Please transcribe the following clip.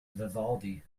vivaldi